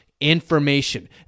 information